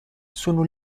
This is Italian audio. sono